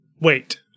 Wait